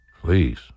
Please